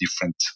different